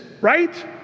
right